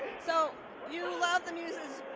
so you love the muses.